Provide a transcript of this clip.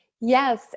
Yes